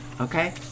Okay